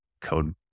code